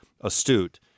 astute